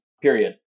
period